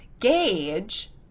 gauge